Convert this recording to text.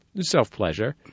self-pleasure